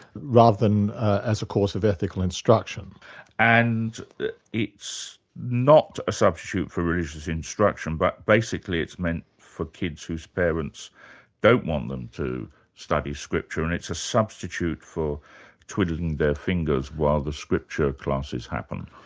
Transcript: rather than as a course of ethical instruction and it's not a substitute for religious instruction but basically it's meant for kids whose parents don't want them to study scripture and it's a substitute for twiddling their fingers while the scripture classes happen.